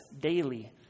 daily